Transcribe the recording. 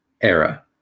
era